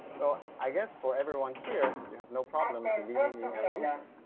well i guess for everyone here you have no problem believing in evolution